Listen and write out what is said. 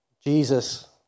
Jesus